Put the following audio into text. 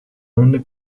only